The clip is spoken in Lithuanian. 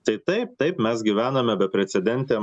tai taip taip mes gyvename beprecedentėm